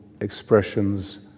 expressions